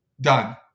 Done